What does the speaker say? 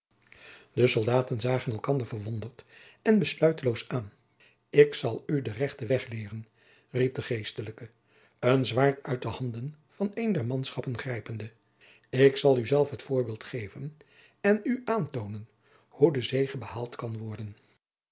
de soldaten zagen elkanderen verwonderd en besluiteloos aan ik zal u den rechten weg leeren riep de geestelijke een zwaard uit de handen van een der manschappen grijpende ik zal u zelf het voorbeeld geven en u aantoonen hoe de zege behaald kan worden